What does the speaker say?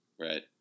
Right